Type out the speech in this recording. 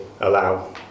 allow